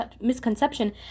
misconception